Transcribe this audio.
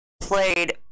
played